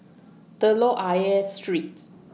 Telok Ayer Street